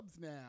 now